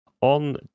on